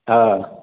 ಹಾಂ